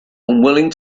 unwilling